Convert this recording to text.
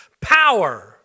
Power